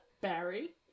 Barry